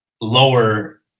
lower